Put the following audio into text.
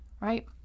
right